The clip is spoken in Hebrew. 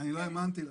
אני לא האמנתי לה.